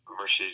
Versus